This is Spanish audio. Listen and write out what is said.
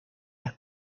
las